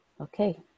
okay